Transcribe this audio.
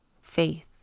faith